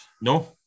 No